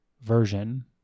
version